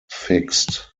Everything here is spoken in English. fixed